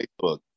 Facebook